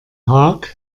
haag